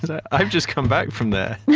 like i've just come back from there. yeah